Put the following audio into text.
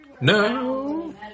no